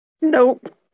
Nope